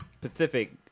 Pacific